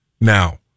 Now